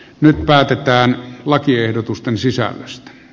nyt päätetään lakiehdotusten sisällöstä